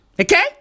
Okay